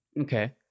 Okay